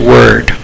Word